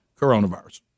coronavirus